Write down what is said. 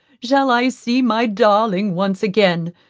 shall i see my darling once again?